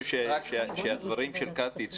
הדברים של קטי,